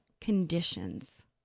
conditions